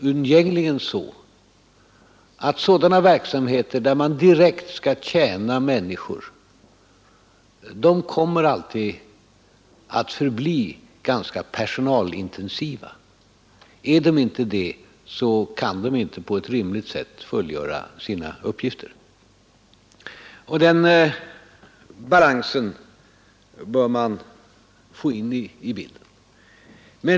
Sådana verksamheter där man direkt skall tjäna människor kommer alltid att förbli ganska personalintensiva. Är de inte det, så kan de inte heller fungera på ett rimligt sätt. Den balansen bör vi också få in i bilden.